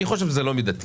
אני חושב שזה לא מידתי.